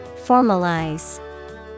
Formalize